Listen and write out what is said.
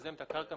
מזהם את הקרקע,